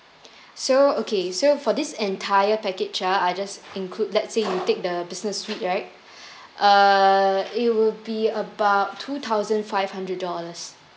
so okay so for this entire package ah I just include let say you take the business suite right uh it would be about two thousand five hundred dollars